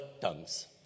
tongues